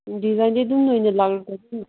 ꯗꯤꯖꯥꯏꯟꯗꯤ ꯑꯗꯨꯝ ꯅꯣꯏꯅ ꯂꯥꯛꯂꯒ ꯑꯗꯨꯝ